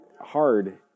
hard